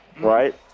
right